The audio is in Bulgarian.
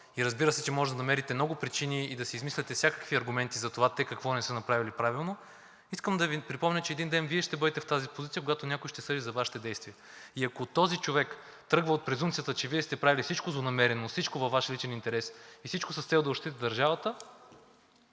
разбира се, че може да намерите много причини и да си измисляте всякакви аргументи за това те какво не са направили правилно, искам да Ви припомня, че един ден Вие ще бъде в тази позиция, когато някой ще съди за Вашите действия. И ако този човек тръгва от презумпцията, че Вие сте правили всичко злонамерено, всичко във Ваш личен интерес и всичко с цел да ощетите държавата,